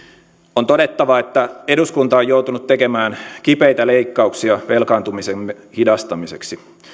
on todettava että eduskunta on joutunut tekemään kipeitä leikkauksia velkaantumisemme hidastamiseksi